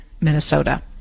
Minnesota